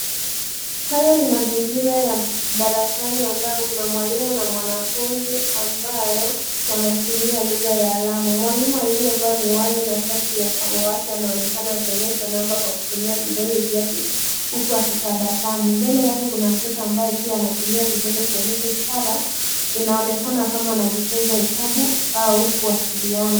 Haya ni mazingira ya darasani ambayo kuna mwalimu na mwanafunzi ambao wanatumia lugha ya alama. Mwalimu aliyevaa miwani na shati la samawati anaonekana akionyesha namba kwa kutumia vidole vyake huku akitabasamu. Mbele yake kuna mtoto ambaye pia anatumia vidole kuonyesha ishara. Inaonekana kama anajifunza hesabu au kuwasiliana.